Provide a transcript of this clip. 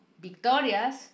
Victoria's